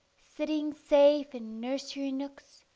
sitting safe in nursery nooks,